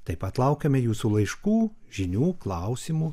taip pat laukiame jūsų laiškų žinių klausimų